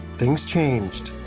things changed.